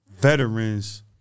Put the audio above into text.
veterans